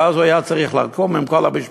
אז הוא היה צריך לקום, לחזור עם כל המשפחה,